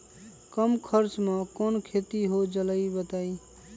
कम खर्च म कौन खेती हो जलई बताई?